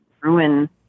ruin